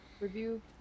review